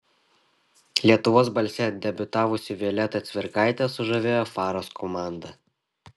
lietuvos balse debiutavusi violeta cvirkaitė sužavėjo faros komandą